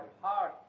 hard